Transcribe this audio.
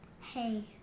Hey